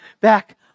back